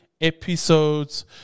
episodes